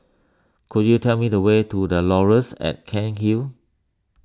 could you tell me the way to the Laurels at Cairnhill